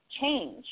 change